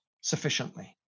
sufficiently